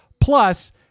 Plus